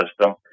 system